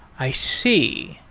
i see.